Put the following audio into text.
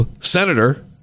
senator